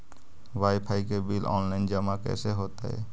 Wifi के bill online जमा कैसे होतै?